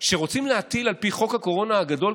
כשרוצים להטיל על פי חוק הקורונה הגדול,